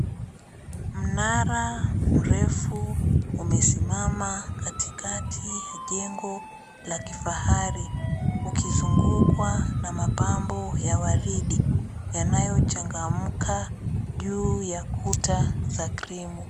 Mnara mrefuu imesimama katikati wa jengo la kifahari ukizungukwa na mapambo ya waridi yanayo changamka juu ya ya kuta za krimu .